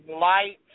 light